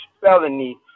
felony